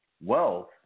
wealth